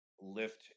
lift